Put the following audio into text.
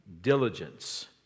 diligence